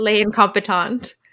incompetent